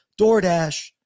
DoorDash